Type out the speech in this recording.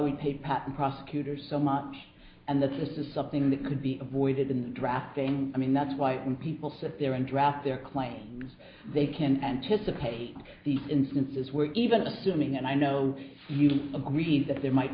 we pay patent prosecutors so much and this is something that could be avoided in the drafting i mean that's why when people sit there and draft their claims they can anticipate the instances where even assuming that i know you agreed that there might